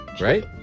Right